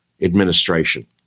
administration